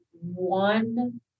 one